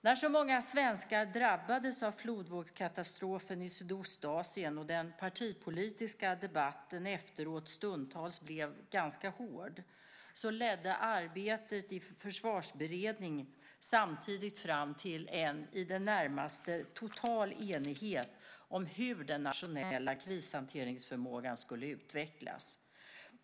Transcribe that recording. När så många svenskar drabbades av flodvågskatastrofen i Sydostasien och den partipolitiska debatten efteråt stundtals blev ganska hård, ledde arbetet i Försvarsberedningen samtidigt fram till en i det närmaste total enighet om hur den nationella krishanteringsförmågan skulle utvecklas.